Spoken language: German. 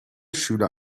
schüler